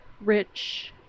rich